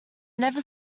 never